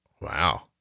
Wow